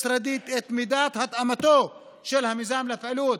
הבין-משרדית את מידת התאמתו של המיזם לפעילות,